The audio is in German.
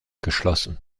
geschlossen